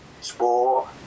sport